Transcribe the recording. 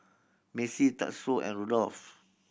Macey Tatsuo and Rudolf